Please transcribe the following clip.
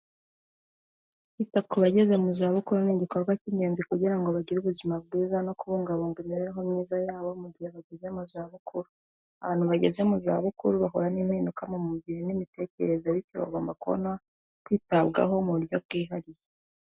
Kwita ku bageze mu zabukuru ni igikorwa cy'ingenzi kugira ngo bagire ubuzima bwiza no kubungabunga imibereho myiza yabo, mu gihe bageze mu zabukuru. Abantu bageze mu zabukuru bahura n'impinduka mu mubiri n'imitekerereze, bityo bagomba kubona kwitabwaho mu buryo bwihariye.